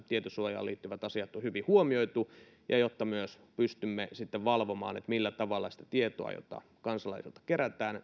tietosuojaan liittyvät asiat on hyvin huomioitu ja että myös pystymme sitten valvomaan millä tavalla ja mihin käytetään sitä tietoa jota kansalaisilta kerätään